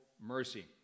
mercy